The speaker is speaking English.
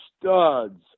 studs